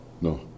No